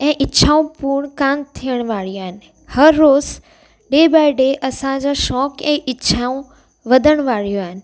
ऐं इच्छाऊं पूर्ण कोन्ह थियण वारियूं आहिनि हर रोज़ डे बाए डे असांजा शौंक़ु ऐं इच्छाऊं वधण वारियूं आहिनि